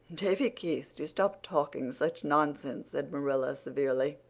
davy keith, do stop talking such nonsense, said marilla severely.